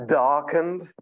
darkened